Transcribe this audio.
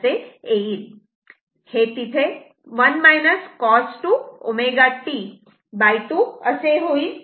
हे तिथे 1 cos 2 ω t2 असे येईल